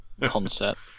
concept